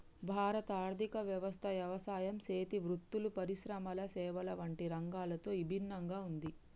భారత ఆర్థిక వ్యవస్థ యవసాయం సేతి వృత్తులు, పరిశ్రమల సేవల వంటి రంగాలతో ఇభిన్నంగా ఉంది